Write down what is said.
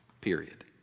Period